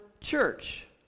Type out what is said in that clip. church